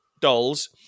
dolls